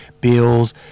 bills